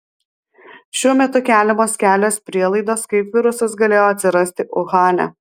šiuo metu keliamos kelios prielaidos kaip virusas galėjo atsirasti uhane